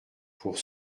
pour